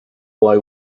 boy